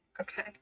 Okay